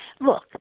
Look